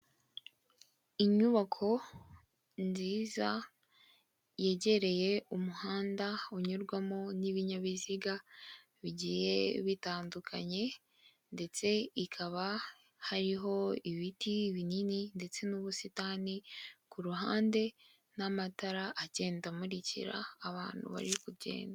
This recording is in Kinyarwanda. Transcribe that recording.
Inyubako nziza yegereye umuhanda unyurwamo n'ibinyabiziga bigiye bitandukanye ndetse ikaba hariho ibiti binini ndetse n'ubusitani ku ruhande, n'amatara agenda amurikira abantu bari kugenda.